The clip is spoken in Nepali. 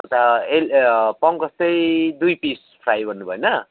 अन्त एल पङ्कज चाहिँ दुई पिस फ्राई भन्नु भयो होइन